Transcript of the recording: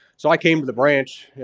so i came to the branch,